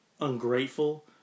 ungrateful